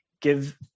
give